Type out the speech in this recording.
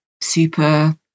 super